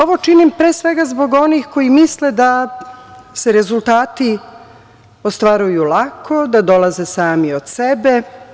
Ovo činim pre svega zbog onih koji misle da se rezultati ostvaruju lako, da dolaze sami od sebe.